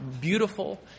beautiful